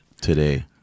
today